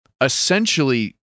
essentially